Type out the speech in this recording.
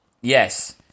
Yes